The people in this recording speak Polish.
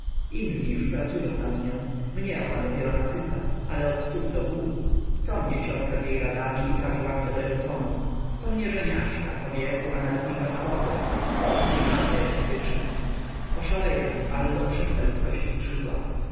inni już pracują nad nią mnie ona dopiero nasyca ale od stóp do głów co mnie ciotka z jej radami i prawidłami dobrego tonu co mnie żeniaczka kobiety a nawet mikroskopy stosy i lampy elektryczne oszaleję albo przypnę ludzkości skrzydła